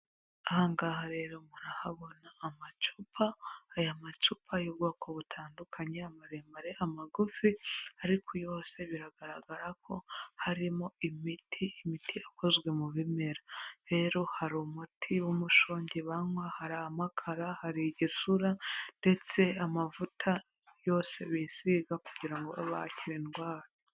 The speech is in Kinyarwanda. Ahangaha rero murahabona amacupa, aya macupa y'ubwoko butandukanye, amaremare amagufi, ariko yose biragaragara ko harimo imiti imiti ikozwe mu bimera, rero hari umuti w'umushongi banywa, hari amakara, hari igisura, ndetse amavuta yose bisiga kugirango babe bakira indwara.